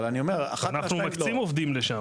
אבל אני אומר --- אנחנו מקצים עובדים לשם.